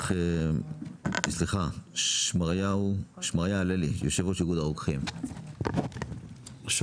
שמריה הללי, יו"ר איגוד הרוקחים, בבקשה.